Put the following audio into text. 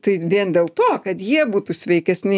tai vien dėl to kad jie būtų sveikesni